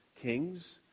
kings